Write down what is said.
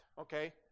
okay